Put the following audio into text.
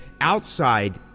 outside